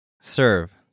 serve